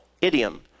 idiom